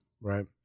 right